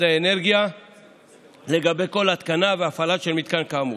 האנרגיה לגבי כל התקנה והפעלה של מתקן כאמור.